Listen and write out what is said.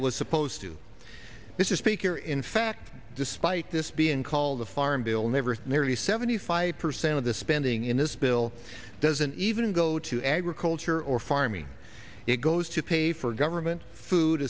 it was supposed to this is speaker in fact despite this being called the farm bill never never the seventy five percent of the spending in this bill doesn't even go to agriculture or farming it goes to pay for government food